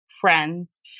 friends